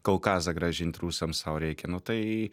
kaukazą grąžint rusams sau reikia nu tai